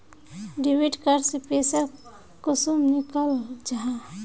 Debit card से पैसा कुंसम निकलाल जाहा?